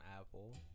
Apple